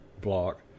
block